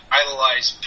idolize